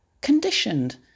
Conditioned